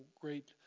great